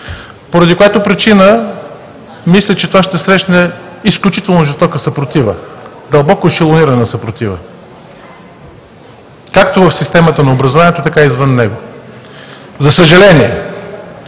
поради която причина мисля, че това ще срещне изключително жестока, дълбоко ешелонирана съпротива както в системата на образованието, така и извън него. За съжаление,